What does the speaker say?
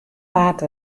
waard